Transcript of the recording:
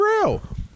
real